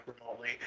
remotely